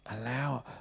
allow